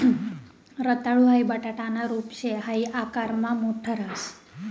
रताळू हाई बटाटाना रूप शे हाई आकारमा मोठ राहस